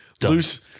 loose